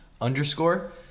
Underscore